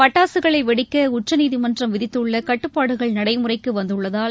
பட்டாசுகளைவெடிக்கஉச்சநீதிமன்றம் விதித்துள்ளகட்டுப்பாடுகள் நடைமுறைக்குவந்துள்ளதால்